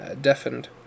deafened